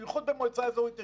ובייחוד במועצה אזורית אשכול,